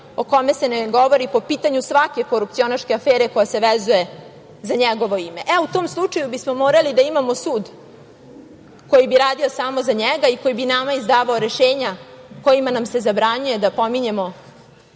o kome se ne govori po pitanju svake korupcionaške afere koja se vezuje za njegovo ime? U tom slučaju bi smo morali da imamo sud koji bi radio samo za njega i koji bi nama izdavao rešenja kojima nam se zabranjuje da pominjemo